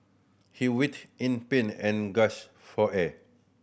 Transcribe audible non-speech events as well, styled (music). he (unintelligible) in pain and (unintelligible) for air